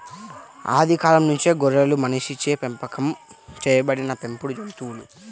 ఆది కాలం నుంచే గొర్రెలు మనిషిచే పెంపకం చేయబడిన పెంపుడు జంతువులు